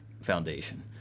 foundation